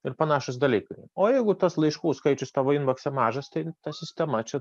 ir panašūs dalykai o jeigu tas laiškų skaičius tavo inbokse mažas tai ta sistema čia